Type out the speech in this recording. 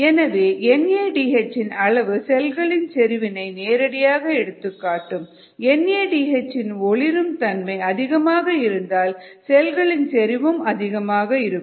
எனவே N A D H இன் அளவு செல்களின் செறிவினை நேரடியாக எடுத்துக்காட்டும் என் ஏ டி எச் இன் ஒளிரும் தன்மை அதிகமாக இருந்தால் செல்களின் செறிவும் அதிகமாக இருக்கும்